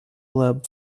lab